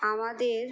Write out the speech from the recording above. আমাদের